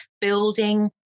building